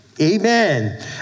amen